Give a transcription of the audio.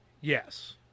Yes